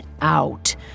out